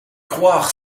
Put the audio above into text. croire